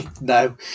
No